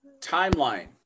timeline